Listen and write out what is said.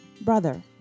Brother